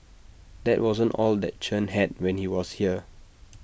that wasn't all that Chen had when he was here